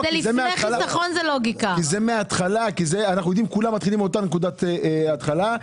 כי כולם מתחילים מאותה נקודת פתיחה,